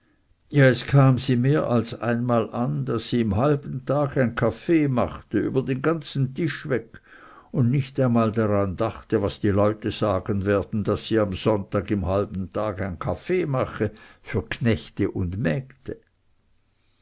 ja es kam sie mehr als einmal an daß sie im halben tag ein kaffee machte über den ganzen tisch weg und nicht einmal daran dachte was die leute sagen werden daß sie am sonntag im halben tag ein kaffee mache für knechte und mägde